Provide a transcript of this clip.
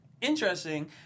interesting